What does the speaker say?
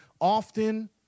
often